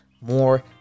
more